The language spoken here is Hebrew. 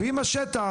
ואם השטח,